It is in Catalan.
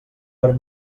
per